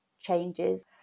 changes